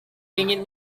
ingin